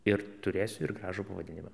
ir turėsiu ir gražų pavadinimą